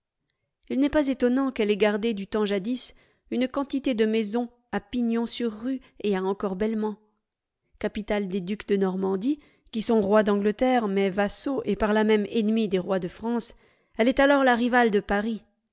il n'est pas étonnant qu'elle ait gardé du temps jadis une quantité de maisons à pignon sur rue et à encorbellement capitale des ducs de normandie qui sont rois d'angleterre mais vassaux et par là même ennemis des rois de france elle est alors la rivale de paris